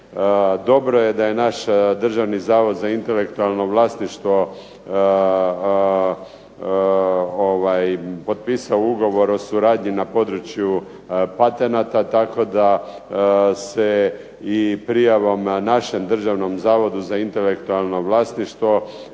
Dobro je da je naš Državni zavod za intelektualno vlasništvo potpisao ugovor o suradnji na području patenata tako da se i prijavom našem Državnom zavodu za intelektualno vlasništvo